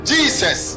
Jesus